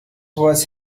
was